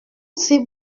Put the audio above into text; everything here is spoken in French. c’est